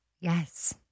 Yes